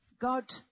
God